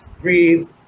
breathe